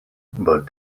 but